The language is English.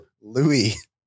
Louis